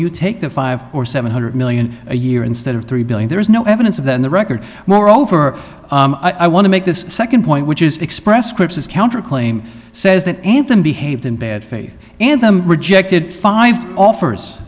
you take the five or seven hundred million a year instead of three billion there is no evidence of that in the record moreover i want to make this second point which is express scripts as counterclaim says that anthem behaved in bad faith and them rejected five offers